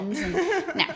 No